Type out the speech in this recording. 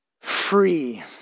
free